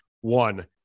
one